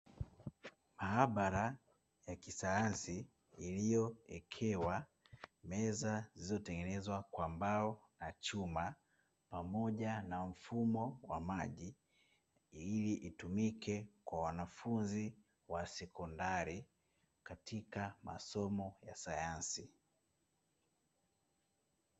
Maabara ya kisayansi iliyowekewa meza zilizotengenezwa kwa mbao na chuma pamoja na mfumo wa maji. ili itumike kwa wanafunzi wa sekondari katika masomo ya sayansi.